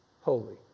holy